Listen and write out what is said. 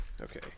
Okay